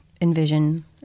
envision